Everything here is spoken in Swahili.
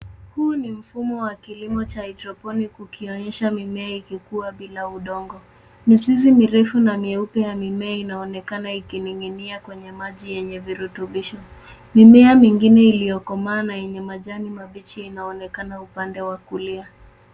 Huu ni mfumo wa kilimo cha hydroponic ukionyesha mimea ulikua bila udongo. Mizizi mirefu na mieupe ya mimea inaonekana ikininginia kwenye maji yenye virutubishi. Mimea mingine iliyokomas na yenye majani mabichi yanaonekana upande wa kulia.